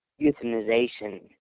euthanization